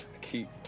Keep